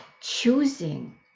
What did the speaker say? choosing